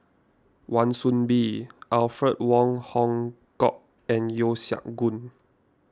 Wan Soon Bee Alfred Wong Hong Kwok and Yeo Siak Goon